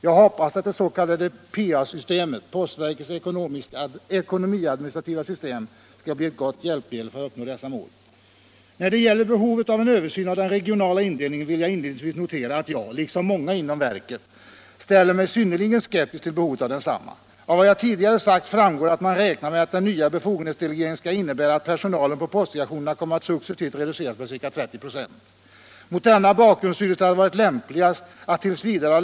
Jag hoppas att det s.k. PEA-systemet — postverkets ekonomiadministrativa system — skall bli ett gott hjälpmedel för att uppnå dessa mål. När det gäller översyn av den regionala indelningen vill jag inledningsvis notera att jag — liksom många inom postverket — ställer mig synnerligen skeptisk till behovet av densamma. Av vad jag tidigare sagt framgår att man räknar med att den nya befogenhetsdelegeringen skall innebära att personalen på postdirektionerna kommer att successivt re duceras med ca 30 26. Mot denna bakgrund synes det ha varit lämpligast —- Nr 133 att it.